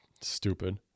stupid